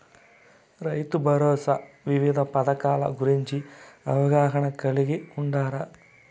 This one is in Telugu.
రైతుభరోసా వివిధ పథకాల గురించి అవగాహన కలిగి వుండారా?